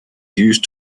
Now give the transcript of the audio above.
used